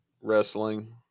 Wrestling